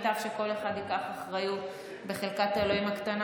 מכך שכל אחד ייקח אחריות בחלקת האלוהים הקטנה